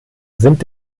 sind